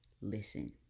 Listen